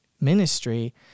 ministry